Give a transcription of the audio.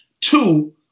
Two